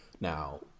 Now